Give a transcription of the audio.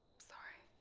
sorry.